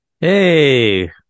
Hey